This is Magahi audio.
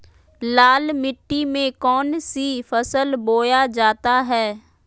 लाल मिट्टी में कौन सी फसल बोया जाता हैं?